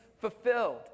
fulfilled